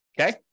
okay